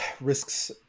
risks